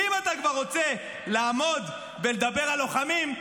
ואם אתה כבר רוצה לעמוד ולדבר על לוחמים,